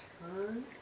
turn